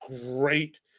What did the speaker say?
great